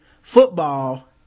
football